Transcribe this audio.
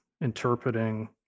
interpreting